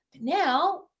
now